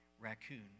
raccoon